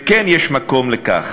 וכן יש מקום לכך